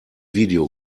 video